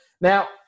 Now